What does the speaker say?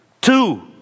Two